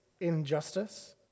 injustice